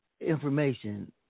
Information